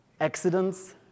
accidents